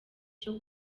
cyo